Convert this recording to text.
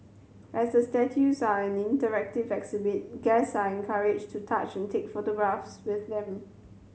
as the statues are an interactive exhibit guest are encouraged to touch and take photographs with them